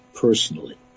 personally